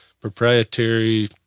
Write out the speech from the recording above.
proprietary